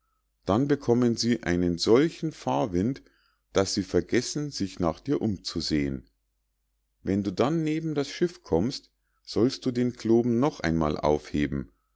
dann bekommen sie einen solchen fahrwind daß sie vergessen sich nach dir umzusehen wenn du dann neben das schiff kommst sollst du den kloben noch einmal aufheben